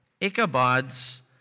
Ichabod's